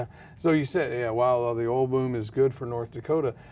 um so you said yeah while ah the oil boom is good for north dakota,